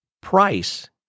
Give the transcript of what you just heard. price